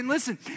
listen